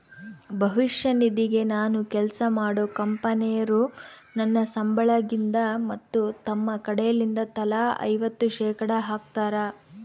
ಭವಿಷ್ಯ ನಿಧಿಗೆ ನಾನು ಕೆಲ್ಸ ಮಾಡೊ ಕಂಪನೊರು ನನ್ನ ಸಂಬಳಗಿಂದ ಮತ್ತು ತಮ್ಮ ಕಡೆಲಿಂದ ತಲಾ ಐವತ್ತು ಶೇಖಡಾ ಹಾಕ್ತಾರ